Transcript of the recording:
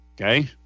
Okay